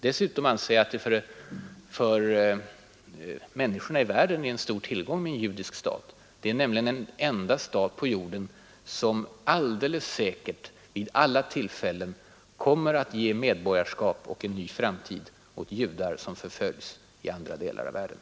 Dessutom anser jag att det för människorna i världen är en stor tillgång med en judisk stat. Det är nämligen den enda stat på jorden som alldeles säkert vid alla tillfällen kommer att ta emot och ge medborgarskap och en ny framtid åt judar som förföljs i andra delar av världen.